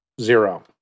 Zero